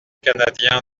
canadien